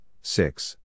six